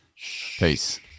Peace